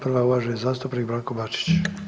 Prva je uvaženi zastupnik Branko Bačić.